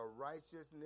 righteousness